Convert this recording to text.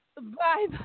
Bye